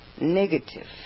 negative